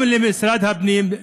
וגם למשרד הפנים,